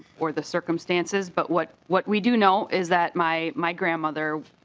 for the circumstances but what what we do know is that my my grandmother